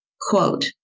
Quote